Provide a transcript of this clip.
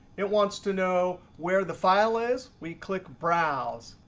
it wants to know where the file is. we click browse.